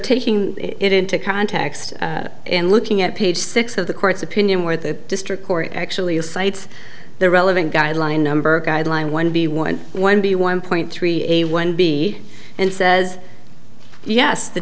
taking it into context and looking at page six of the court's opinion where the district court actually you cite the relevant guideline number guideline one be one one be one point three a one b and says yes th